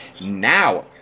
Now